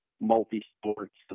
multi-sports